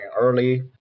early